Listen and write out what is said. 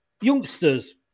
Youngsters